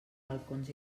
balcons